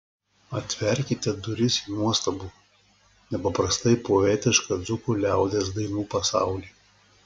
atverkite duris į nuostabų nepaprastai poetišką dzūkų liaudies dainų pasaulį